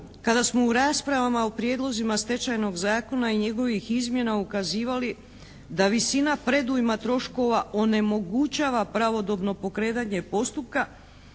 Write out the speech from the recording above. kada smo u raspravama u prijedlozima stečajnog zakona i njegovih izmjena ukazivali da visina predujma troškova onemogućava pravodobno pokretanje postupka